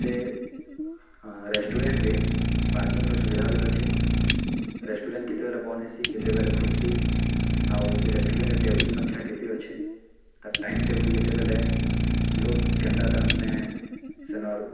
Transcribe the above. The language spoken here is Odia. ସେ ରେଷ୍ଟୁରାଣ୍ଟ୍ରେ ପାର୍କିଂର ସୁବିଧା ଭିଲ୍ ଅଛେ ରେଷ୍ଟୁରାଣ୍ଟ୍ କେତେବେଲେ ବନ୍ଦ ହେସି କେତେବେଲେ ଖୁଲ୍ସି ଆଉ ସେ ରେଷ୍ଟୁରାଣ୍ଟ୍ରେ ଟେବୁଲ୍ ସଂଖ୍ୟା କେତେ ଅଛେ ତାର୍ ଟାଇମ୍ ଟେବୁଲ୍ କେତେବେଲେ ଲୋକ୍ କେନ୍ତା ତା'ର୍ ମାନେ ସେନର୍